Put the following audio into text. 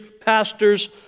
pastors